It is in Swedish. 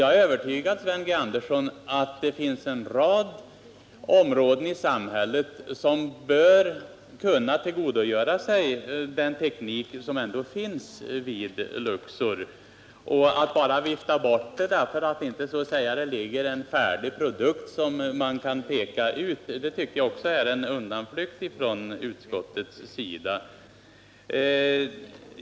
Jag är, Sven G. Andersson, övertygad om att det finns en rad områden i samhället som bör kunna tillgodogöra sig den teknik som ändå finns vid Luxor. Jag tycker att utskottet flyr undan från sitt ansvar när det bara viftar bort våra synpunkter med hänvisning till att vi inte angivit en färdig lösning.